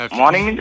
morning